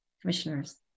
commissioners